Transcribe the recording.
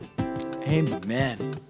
Amen